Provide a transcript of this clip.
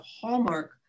hallmark